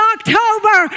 October